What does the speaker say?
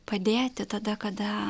padėti tada kada